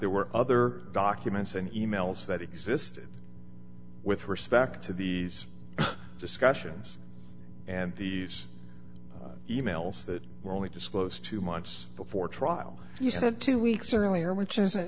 there were other documents and e mails that existed with respect to these discussions and these e mails that were only disclosed two months before trial you said two weeks earlier which is